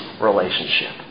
relationship